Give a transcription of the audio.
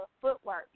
footwork